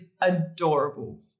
adorable